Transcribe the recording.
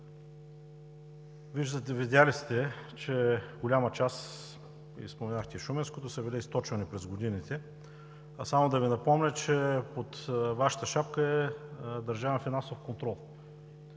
среда“. Видели сте, че голяма част, Вие споменахте Шуменското, са били източвани през годините. Само да Ви напомня, че под Вашата шапка е „Държавен финансов контрол“.